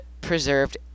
preserved